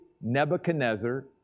Nebuchadnezzar